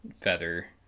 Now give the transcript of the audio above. feather